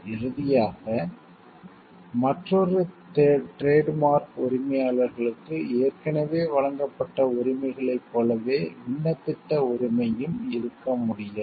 இறுதியாக மற்றொரு trademark உரிமையாளருக்கு ஏற்கனவே வழங்கப்பட்ட உரிமைகளைப் போலவே விண்ணப்பித்த உரிமையும் இருக்க முடியாது